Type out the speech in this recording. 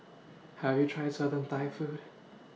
have you tried southern Thai food